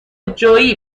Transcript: جویی